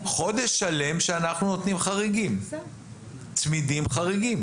חודש שלם שאנחנו נותנים צמידים חריגים.